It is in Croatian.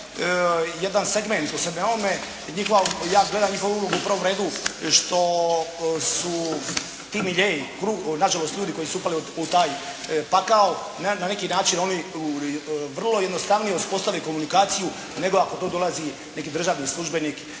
… ovome. Njihova, ja gledam njihovu ulogu u prvom redu što su ti miljei, nažalost ljudi koji su upali u taj pakao na neki način oni vrlo jednostavnije uspostavili komunikaciju nego ako to dolazi neki državni službenik,